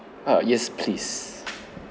err yes please